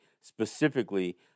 specifically